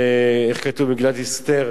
איך כתוב במגילת אסתר?